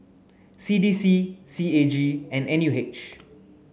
C D C C A G and N U H